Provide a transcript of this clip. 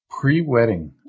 pre-wedding